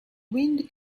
wind